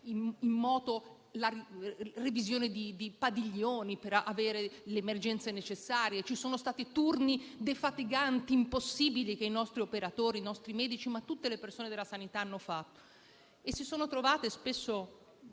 necessaria revisione dei padiglioni per accogliere le emergenze. Ci sono stati turni defatiganti e impossibili che i nostri operatori, i nostri medici e tutto il personale della sanità hanno fatto; e si sono trovati spesso